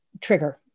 trigger